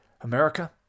America